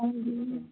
ਹਾਂਜੀ